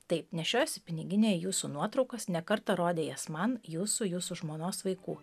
taip nešiojasi piniginėje jūsų nuotraukas ne kartą rodė jas man jūsų jūsų žmonos vaikų